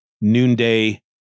noonday